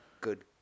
good